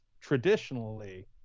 traditionally